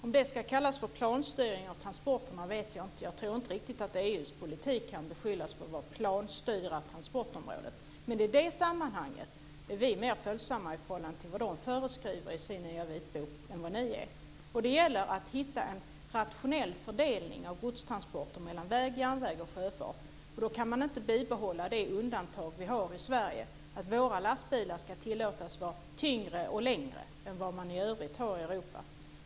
Om det ska kallas för planstyrning av transporterna vet jag inte. Jag tror inte att EU:s politik på transportområdet kan beskyllas för att vara planstyrning, men vi är mer följsamma i förhållande till vad som föreskrivs i den nya vitboken än vad ni är. Det gäller att hitta en rationell fördelning av godstransporter mellan väg, järnväg och sjöfart. Då kan man inte bibehålla det undantag som vi har i Sverige och som innebär att våra lastbilar ska tillåtas vara tyngre och längre än vad som är fallet i det övriga Europa.